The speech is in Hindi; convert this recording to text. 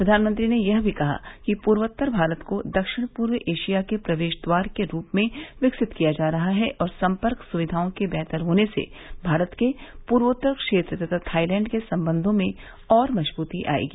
प्रधानमंत्री ने यह भी कहा कि पूर्वोतर भारत को दक्षिण पूर्व एशिया के प्रवेश द्वार के रूप में विकसित किया जा रहा है और संपर्क सुविघाओं के बेहतर होने से भारत के पूर्वोतर क्षेत्र तथा थाईलैंड के संबघों में और मजदूती आएगी